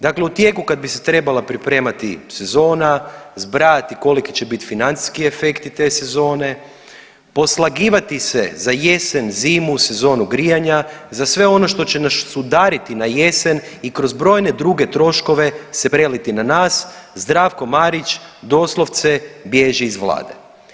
Dakle, u tijeku kada bi se trebala pripremati sezona, zbrajati koliki će biti financijski efekti te sezone, poslagivati se za jesen, zimu sezonu grijanja, za sve ono što će nas udariti na jesen i kroz brojne druge troškove se preliti na nas Zdravko Marić doslovce bježi iz vlade.